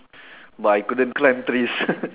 but I couldn't climb trees